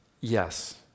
yes